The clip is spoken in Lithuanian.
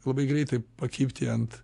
labai greitai pakibti ant